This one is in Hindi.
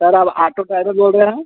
सर आप आटो ड्राइवर बोल रहे हैं